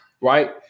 right